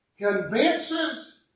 convinces